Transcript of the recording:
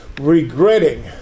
regretting